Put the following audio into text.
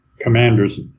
commander's